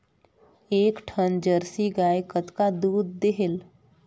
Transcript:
एक ठन जरसी गाय कतका दूध देहेल?